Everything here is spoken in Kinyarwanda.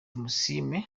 tumusiime